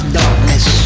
darkness